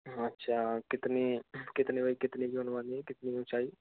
अच्छा कितनी कितनी बाय कितनी की बनवानी है कितनी ऊँचाई